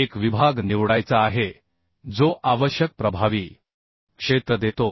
एक विभाग निवडायचा आहे जो आवश्यक प्रभावी क्षेत्र देतो